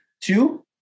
Two